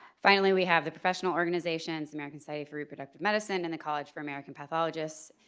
finally, we have the professional organizations, american society for reproductive medicine and the college for american pathologists.